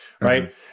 Right